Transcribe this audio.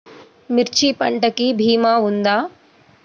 మిర్చి పంటకి భీమా ఉందా?